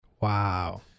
Wow